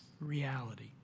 reality